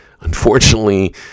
Unfortunately